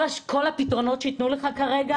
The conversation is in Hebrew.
כל הפתרונות שיתנו לך כרגע